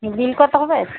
বিল কতো হবে